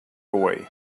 away